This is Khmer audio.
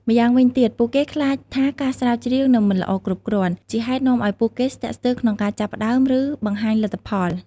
ម៉្យាងវិញទៀត ពួកគេខ្លាចថាការស្រាវជ្រាវនឹងមិនល្អគ្រប់គ្រាន់ ជាហេតុនាំឱ្យពួកគេស្ទាក់ស្ទើរក្នុងការចាប់ផ្តើម ឬបង្ហាញលទ្ធផល។